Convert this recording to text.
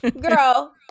girl